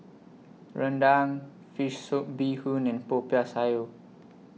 Rendang Fish Soup Bee Hoon and Popiah Sayur